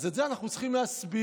את זה אנחנו צריכים להסביר.